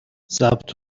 ضبط